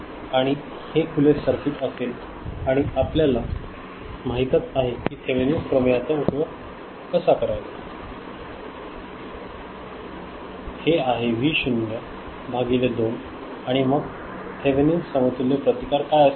आणि हे खुले सर्किट असेल आणि आपल्याला माहीतच आहे की थेवेनिन्स प्रमेयाचा कसा उपयोग करायचा हे आहे व्ही 0 भागिले 2 आणि मग थेवेनिन्स समतुल्य प्रतिकार काय असेल